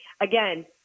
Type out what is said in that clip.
again